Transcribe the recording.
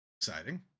exciting